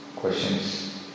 Questions